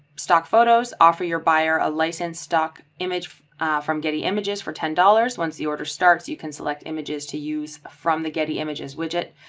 stock photos offer your buyer a licensed stock image from getty images for ten dollars. once the order starts, you can select images to use from the getty images widget,